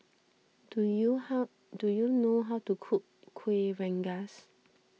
do you how do you know how to cook Kueh Rengas